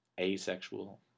asexual